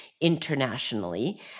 internationally